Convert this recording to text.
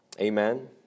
Amen